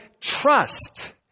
trust